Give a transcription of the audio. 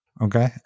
okay